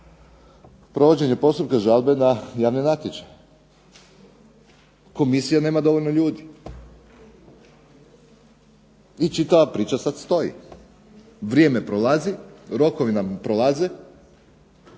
provođenje postupka žalbe na javne natječaje. Komisija nema dovoljno ljudi, i čitava priča sad stoji. Vrijeme prolazi, rokovi nam prolaze,